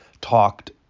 talked